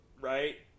Right